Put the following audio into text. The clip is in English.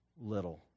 little